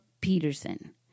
Peterson